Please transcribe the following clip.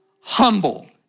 humble